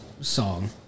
song